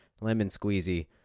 lemon-squeezy